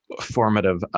formative